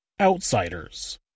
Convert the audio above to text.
Outsiders